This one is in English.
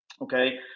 Okay